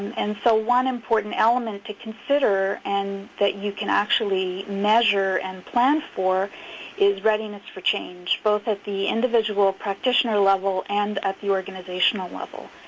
and so one important element to consider and that you can actually measure and plan for is readiness for change, both at the individual practitioner level and at the organizational level,